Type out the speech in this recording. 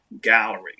gallery